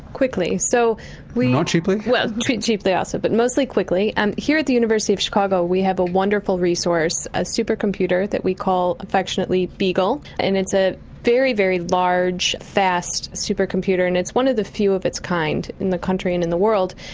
quickly, so norman swan not cheaply? well, cheaply also but mostly quickly. and here at the university of chicago we have a wonderful resource, a supercomputer that we call affectionately beagle, and it's a very, very large fast supercomputer, and it's one of the few of its kind in the country and in the world.